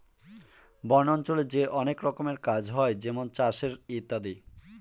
বন অঞ্চলে যে অনেক রকমের কাজ হয় যেমন চাষের ইত্যাদি